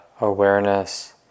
awareness